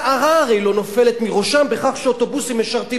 שערה הרי לא נופלת מראשם בכך שאוטובוסים משרתים